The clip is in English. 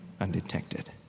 undetected